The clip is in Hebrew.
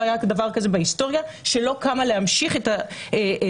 לא היה דבר כזה בהיסטוריה שלא קמה להמשיך את הדיונים